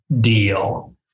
deal